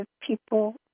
people